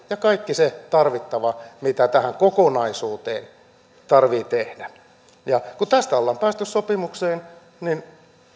ja kaiken sen tarvittavan mitä tähän kokonaisuuteen tarvitsee tehdä ja kun tästä ollaan päästy sopimukseen niin